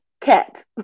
cat